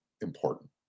important